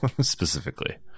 specifically